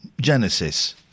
Genesis